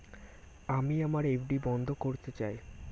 আমি আমার এফ.ডি বন্ধ করতে চাই